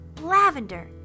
lavender